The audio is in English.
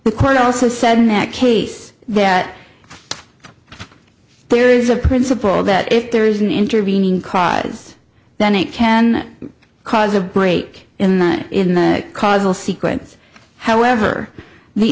the court also said in that case that there is a principle that if there is an intervening cries then it can cause a break in the in the causal sequence however the